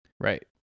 Right